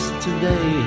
today